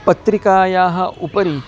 पत्रिकायाः उपरि